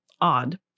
Odd